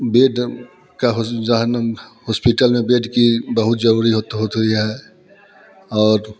bed का hospital में bed की बहुत ज़रूरत होती है और